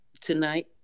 tonight